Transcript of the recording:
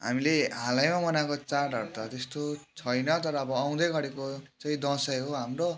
हामीले हालैमा मनाएको चाडहरू त त्यस्तो छैन तर अब आउँदै गरेकोचाहिँ दसैँ हो हाम्रो